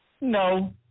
No